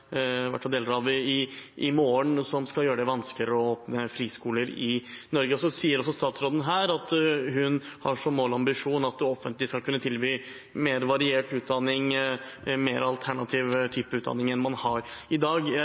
hvert fall deler av det, som skal gjøre det vanskeligere å åpne friskoler i Norge. Så sier statsråden at hun har som mål og ambisjon at det offentlige skal kunne tilby mer variert utdanning, med mer alternativ type utdanning enn man har i dag.